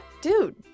dude